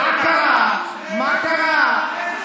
--- מה קרה, מה קרה?